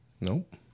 Nope